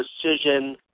precision